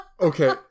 okay